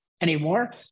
anymore